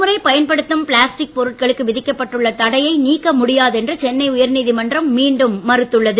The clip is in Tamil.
முறை பயன்படுத்தும் பிளாஸ்டிக் பொருட்களுக்கு ஒரு விதிக்கப்பட்டுள்ள தடையை நீக்க முடியாதென்று சென்னை உயர் நீதிமன்றம் மீண்டும் மறுத்துள்ளது